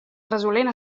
resolent